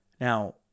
Now